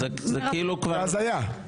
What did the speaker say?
זה כאילו כבר --- זה הזיה.